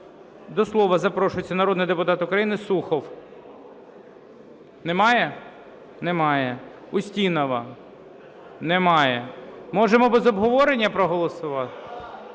До слова запрошується народний депутат України Сухов. Немає? Немає. Устінова. Немає. Можемо без обговорення проголосувати?